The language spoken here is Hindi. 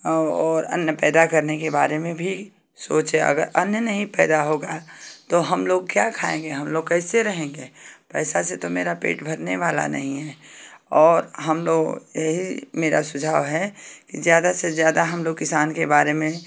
और और अन्न पैदा करने के बारे में भी सोचें अगर अन्न नहीं पैदा होगा तो हम लोग क्या खाएँगे हम लोग कैसे रहेंगे पैसा से तो मेरा पेट भरने वाला नहीं है और हम लोग यही मेरा सुझाव है ज़्यादा से ज़्यादा हम लोग किसान के बारे में